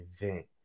event